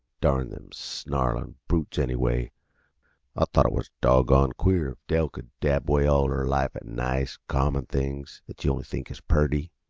darn them snarlin' brutes, anyway! i thought it was doggone queer if dell could dab away all her life at nice, common things that you only think is purty,